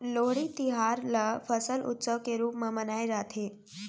लोहड़ी तिहार ल फसल उत्सव के रूप म मनाए जाथे